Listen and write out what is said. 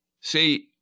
See